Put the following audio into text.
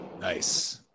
Nice